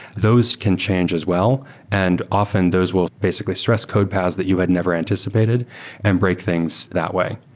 those can change as well and, often, those will basically stress code paths that you had never anticipated and break things that way.